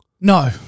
No